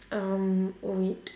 um wait